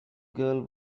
girl